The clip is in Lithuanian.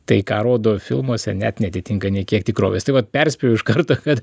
tai ką rodo filmuose net neatitinka nė kiek tikrovės tai vat perspėju iš karto kad